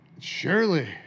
Surely